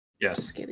Yes